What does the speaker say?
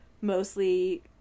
mostly